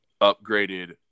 upgraded